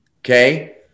Okay